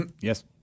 Yes